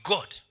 God